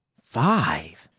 five!